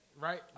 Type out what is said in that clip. right